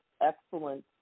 excellent